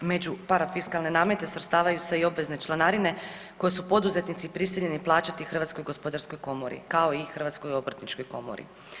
Među parafiskalne namete svrstavaju se i obvezne članarine koje su poduzetnici prisiljeni plaćati Hrvatskoj gospodarskoj komori kao i Hrvatskoj obrtničkoj komori.